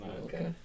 Okay